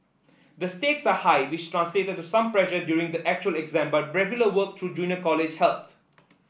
the stakes are high which translated to some pressure during the actual exam but regular work through junior college helped